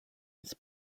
his